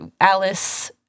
Alice